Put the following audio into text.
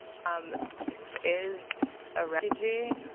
um is a refugee?